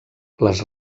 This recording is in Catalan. les